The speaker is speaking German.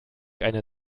eine